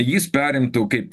jis perimtų kaip